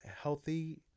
Healthy